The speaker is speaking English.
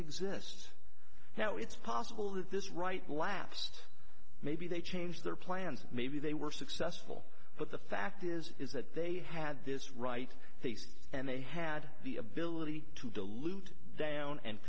exist now it's possible that this right laughs maybe they changed their plans maybe they were successful but the fact is is that they had this right and they had the ability to dilute they own and